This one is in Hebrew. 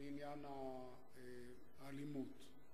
לעניין האלימות.